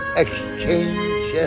exchange